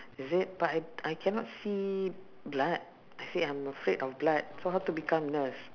is it but I I cannot see blood I said I'm afraid of blood so how to become nurse